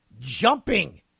jumping